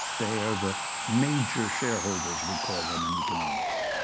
they are the major shareholder, as we call them in economics.